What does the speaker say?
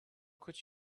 could